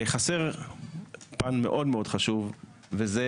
חסר פן מאוד מאוד חשוב וזה